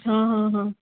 हाँ हाँ हाँ